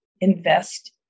invest